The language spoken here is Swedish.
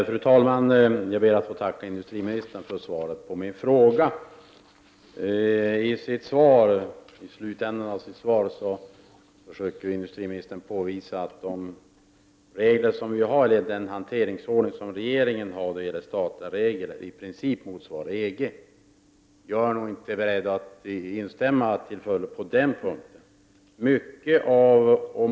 Fru talman! Jag ber att få tacka industriministern för svaret på min fråga. I slutet av svaret försöker industriministern påvisa att den hanteringsordning som regeringen har när det gäller statliga regler i princip motsvarar den inom EG. Jag är inte beredd att till fullo instämma på den punkten.